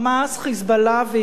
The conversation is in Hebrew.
"חיזבאללה" ואירן,